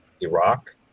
Iraq